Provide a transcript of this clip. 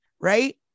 right